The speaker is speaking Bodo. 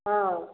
औ